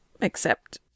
Except—